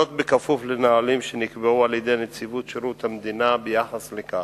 בכפוף לנהלים שנקבעו על-ידי נציבות שירות המדינה ביחס לכך.